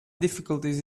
difficulties